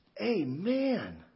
Amen